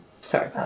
Sorry